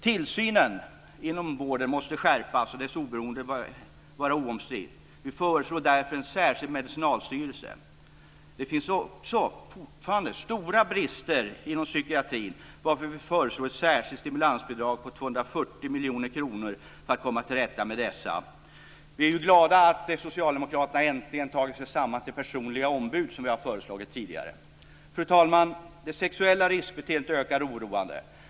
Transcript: Tillsynen inom vården måste skärpas och dess oberoende vara oomstritt. Vi föreslår därför en särskild medicinalstyrelse. Det finns också fortfarande stora brister inom psykiatrin, varför vi föreslår ett särskilt stimulansbidrag på 240 miljoner kronor för att komma till rätta med dessa. Vi är glada att Socialdemokraterna äntligen tagit sig samman till personliga ombud, som vi har föreslagit tidigare. Fru talman! Det sexuella riskbeteendet ökar oroande.